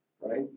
right